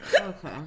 Okay